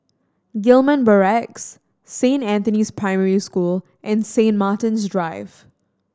Gillman Barracks Saint Anthony's Primary School and Saint Martin's Drive